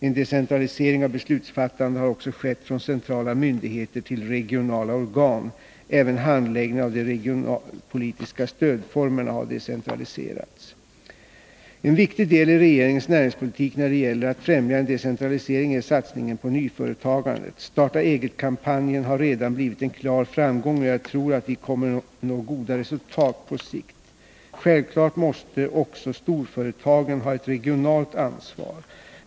En decentralisering av beslutsfattande har också skett från centrala myndigheter till regionala organ. Även handläggningen av de regionalpolitiska stödformerna har decentraliserats. En viktig del i regeringens näringspolitik när det gäller att främja en decentralisering är satsningen på nyföretagandet. Starta Eget-kampanjen har redan blivit en klar framgång, och jag tror att vi kommer att nå goda resultat på sikt. Självklart måste också storföretagen ta ett regionalt ansvar.